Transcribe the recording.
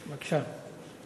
בבקשה.